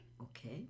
Okay